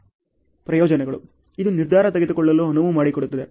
ಪ್ರಯೋಜನಗಳು ಇದು ನಿರ್ಧಾರ ತೆಗೆದುಕೊಳ್ಳಲು ಅನುವು ಮಾಡಿಕೊಡುತ್ತದೆ